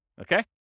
Okay